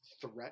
threat